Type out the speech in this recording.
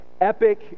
epic